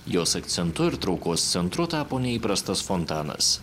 jos akcentu ir traukos centru tapo neįprastas fontanas